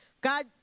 God